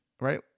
right